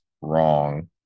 wrong